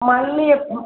மல்லிகைப்பூ